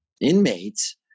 inmates